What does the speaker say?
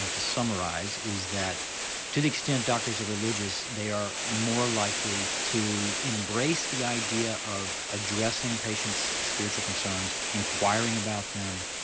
to to summarise is that to the extent that doctors are religious they are more likely to embrace the idea of addressing patients' spiritual concerns, enquiring about them,